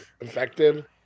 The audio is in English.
infected